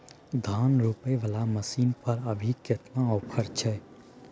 धान रोपय वाला मसीन पर अभी केतना ऑफर छै?